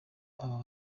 aba